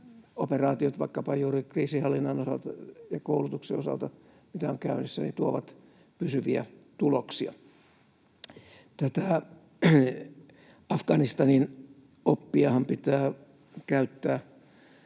operaatiot vaikkapa juuri kriisinhallinnan osalta ja koulutuksen osalta, mitä on käynnissä, tuovat pysyviä tuloksia. Tätä Afganistanin oppiahan pitää käyttää